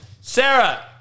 Sarah